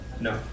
No